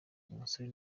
umusore